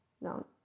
no